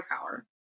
power